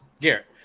Garrett